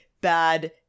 bad